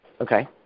Okay